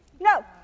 No